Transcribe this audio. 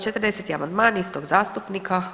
40. amandman istog zastupnika.